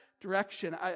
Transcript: direction